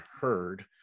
heard